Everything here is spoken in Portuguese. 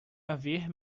haver